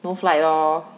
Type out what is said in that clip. no flight lor